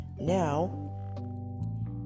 now